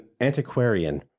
antiquarian